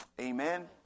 amen